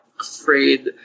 afraid